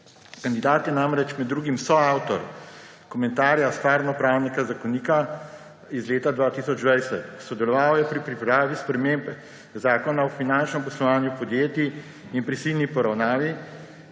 Kandidat je namreč med drugim soavtor komentarja Stvarnopravnega zakonika iz leta 2020. Sodeloval je pri pripravi sprememb zakona o finančnem poslovanju podjetij in prisilni poravnavi